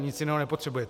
Nic jiného nepotřebujete.